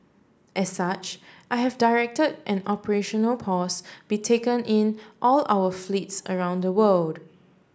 as such I have directed an operational pause be taken in all of our fleets around the world